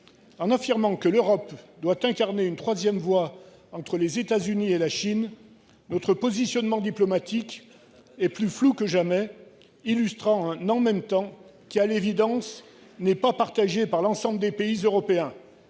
En affirmant que l'Europe doit incarner une troisième voie entre les États-Unis et la Chine, il a rendu notre positionnement diplomatique plus flou que jamais et illustré un « en même temps » qui, à l'évidence, n'est pas partagé par l'ensemble des pays européens,